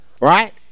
Right